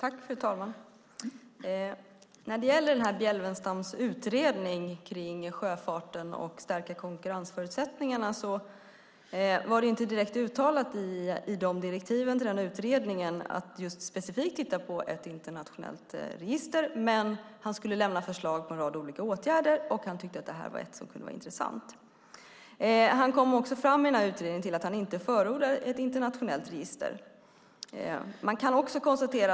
Fru talman! I direktiven för Bjelfvenstams utredning om sjöfarten och att stärka konkurrensförutsättningarna var det inte direkt uttalat att specifikt titta på ett internationellt register, men han skulle lämna förslag på en rad åtgärder. Han tyckte att det här kunde vara intressant. I utredningen kom han fram till att han inte förordar ett internationellt register.